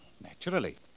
naturally